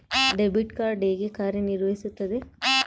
Debit card ಹೇಗೆ ಕಾರ್ಯನಿರ್ವಹಿಸುತ್ತದೆ?